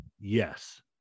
Yes